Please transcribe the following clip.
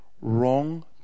Wrong